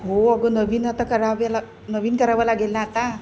हो अगं नवीन आता कराव्या ला नवीन करावा लागेल ना आता